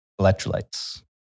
electrolytes